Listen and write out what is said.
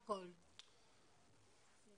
מול